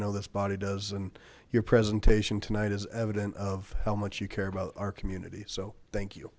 know this body does and your presentation tonight is evident of how much you care about our community so thank you